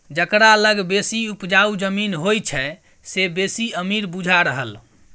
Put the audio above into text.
जकरा लग बेसी उपजाउ जमीन होइ छै से बेसी अमीर बुझा रहल